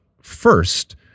first